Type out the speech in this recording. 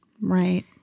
Right